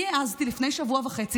אני העזתי לפני שבוע וחצי,